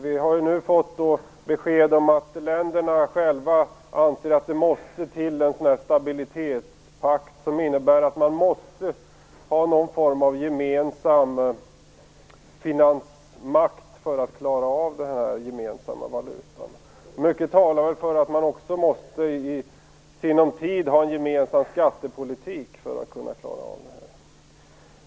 Nu har vi fått besked om att länderna själva anser att det måste till en stabilitetspakt som innebär att man måste ha någon form av gemensam finansmakt för att klara av den gemensamma valutan. Mycket talar väl för att man också måste ha en gemensam skattepolitik i sinom tid för att kunna klara av det här.